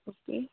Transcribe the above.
okay